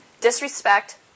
disrespect